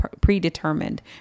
predetermined